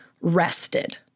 rested